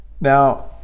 now